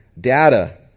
data